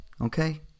Okay